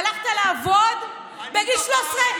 הלכת לעבוד בגיל 13?